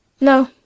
No